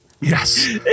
Yes